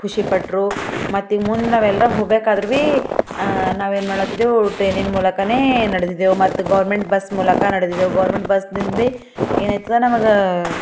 ಖುಷಿ ಪಟ್ರು ಮತ್ತೆ ಈಗ ಮುಂದೆ ನಾವೆಲ್ಲ ಹೋಗ್ಬೇಕಾದ್ರು ಬಿ ನಾವೇನು ಮಾಡ್ಲತ್ತಿದ್ದೆವು ಟ್ರೇನಿನ ಮೂಲಕವೇ ನಡೆದಿದ್ದೀವಿ ಮತ್ತೆ ಗೋರ್ಮೆಂಟ್ ಬಸ್ ಮೂಲಕ ನಡೆದಿದ್ದೀವಿ ಗೋರ್ಮೆಂಟ್ ಬಸ್ನಿಂದ ಬಿ ಏನಾಯ್ತದೆ ನಮಗೆ